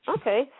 okay